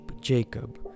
Jacob